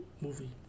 movie